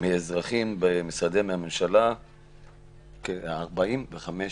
אזרחים למשרדי ממשלה בתוך כ-45 ימים.